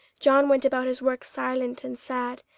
john went about his work silent and sad,